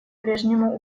прежнему